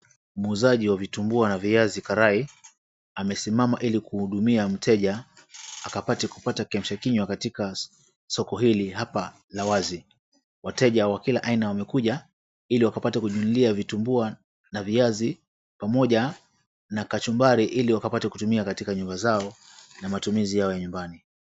Muuzaji wa vitumbua na viazi karai amesimama ili kuhudumia mteja akapate kupata kiamsha kinywa katika soko hili hapa la wazi. Wateja wa kila aina wamekuja ili wakapate kujinunulia vitumbua na viazi pamoja na kachumbari ili wakapate kutumia katika nyumba zao na matumizi yao ya nyumbani.